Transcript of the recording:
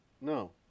no